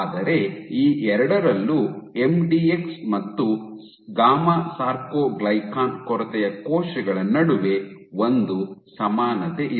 ಆದರೆ ಈ ಎರಡರಲ್ಲೂ ಎಂಡಿಎಕ್ಸ್ ಮತ್ತು ಗಾಮಾ ಸಾರ್ಕೊಗ್ಲಿಕನ್ ಕೊರತೆಯ ಕೋಶಗಳ ನಡುವೆ ಒಂದು ಸಮಾನತೆಯಿದೆ